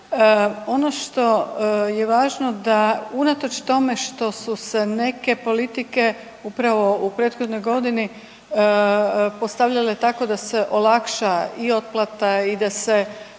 ono što je važno da unatoč tome što su neke politike upravo u prethodnoj godini postavljale tako da se olakša i otplata i da se